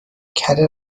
کره